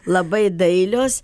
labai dailios